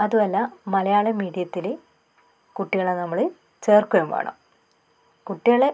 അതുമല്ല മലയാള മീഡിയത്തിൽ കുട്ടികളെ നമ്മൾ ചേർക്കുകയും വേണം കുട്ടികളെ